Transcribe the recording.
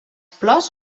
flors